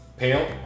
Pale